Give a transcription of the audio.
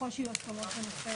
ככל שיהיו הסכמות בנושא,